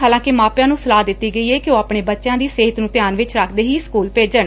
ਹਾਲਾਂਕਿ ਮਾਪਿਆਂ ਨੂੰ ਸਲਾਹ ਦਿੱਤੀ ਗਈ ਏ ਕਿ ਉਹ ਆਪਣੇ ਬੱਚਿਆਂ ਦੀ ਸਿਹਤ ਨੂੰ ਧਿਆਨ ਵਿਚ ਰੱਖਦੇ ਹੀ ਸਕੁਲ ਭੇਜਣ